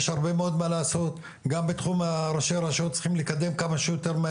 יש הרבה מאוד מה לעשות גם בתחום שראשי רשויות צריכים לקדם כמה שיותר.